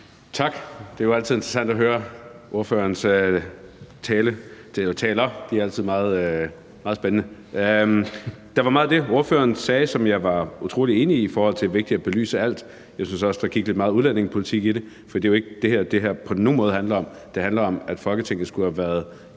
Tak. Det er jo altid interessant at høre ordførerens taler. De er altid meget spændende. Der var meget af det, ordføreren sagde, som jeg var utrolig enig i, i forhold til at det er vigtigt at belyse alt. Jeg synes så også, at der gik lidt meget udlændingepolitik i det, for det er jo ikke det, det her på nogen måde handler om. Det handler om, at Folketinget skulle have været